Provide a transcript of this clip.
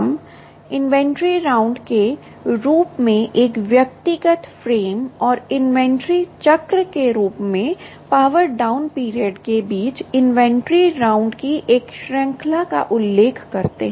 हम inventory round के रूप में एक व्यक्तिगत फ्रेम और इन्वेंट्री चक्र के रूप में पावर डाउन पीरियड के बीच इन्वेंट्री राउंड की एक श्रृंखला का उल्लेख करते हैं